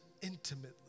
intimately